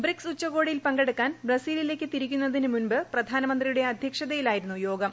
BRICS ഉച്ചകോടിയിൽ പക്കെടുക്കാൻ ബ്രസീലിലേക്ക് തിരിക്കുന്നതിന് മുമ്പ് പ്രധാനമന്ത്രിയുടെ ആസ്യക്ഷതയിലായിരുന്നു യോഗം